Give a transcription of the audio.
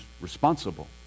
responsible